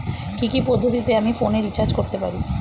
কি কি পদ্ধতিতে আমি ফোনে রিচার্জ করতে পারি?